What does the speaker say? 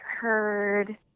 heard